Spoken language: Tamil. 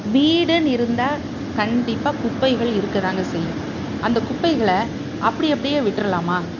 வீடுன்னு இருந்தால் கண்டிப்பாக குப்பைகள் இருக்க தாங்க செய்யும் அந்த குப்பைகளை அப்படி அப்படியே விட்டுருல்லாமா